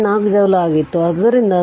4 joule ಆಗಿತ್ತು ಆದ್ದರಿಂದ 0